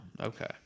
okay